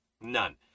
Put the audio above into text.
None